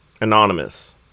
anonymous